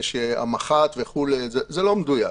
לגבי המח"ט וכולי, זה לא מדויק.